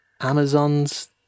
Amazons